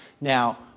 Now